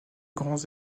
grands